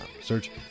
Search